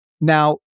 Now